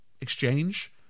exchange